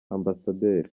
amb